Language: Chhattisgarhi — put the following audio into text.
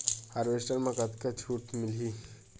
हारवेस्टर म कतका छूट मिलही?